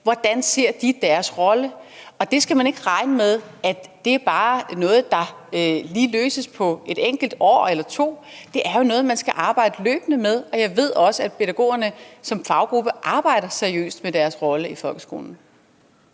hvordan de ser deres rolle. Og man skal ikke regne med, at det bare er noget, der lige løses på et enkelt år eller to. Det er jo noget, man skal arbejde med løbende, og jeg ved også, at pædagogerne som faggruppe arbejder seriøst med deres rolle i folkeskolen.